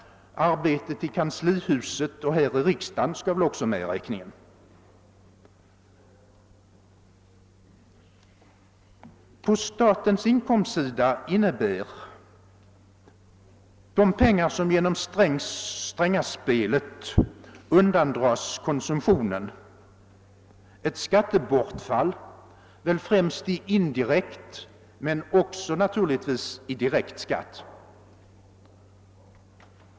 Arbetet i kanslihuset och här i riksdagen skall också tas med i räkningen. På statens inkomstsida innebär de pengar som genom »Strängaspelet« undandrages konsumtionen ett skattebortfall främst i indirekt men naturligtvis också i direkt skatt.